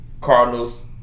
Cardinals